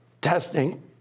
testing